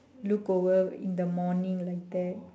look over in the morning like that